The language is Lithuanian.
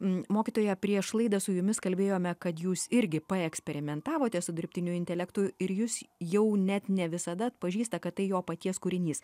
mokytoja prieš laidą su jumis kalbėjome kad jūs irgi paeksperimentavote su dirbtiniu intelektu ir jus jau net ne visada atpažįsta kad tai jo paties kūrinys